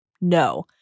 no